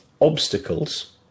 obstacles